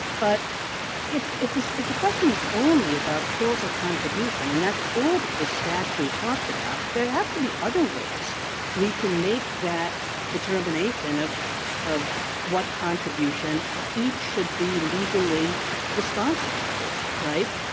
but if if this if the question is only about causal contribution and that's all that the statute talks about, there have to be other ways we can make that determination of of what contribution each should be legally responsible for, right?